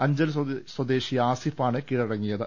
അഞ്ചൽ സ്വദേശി ആസിഫാണ് കീഴടങ്ങിയത്